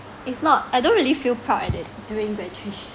it's not I don't really feel proud at it during graduation